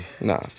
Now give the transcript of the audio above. Nah